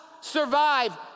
survive